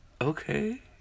Okay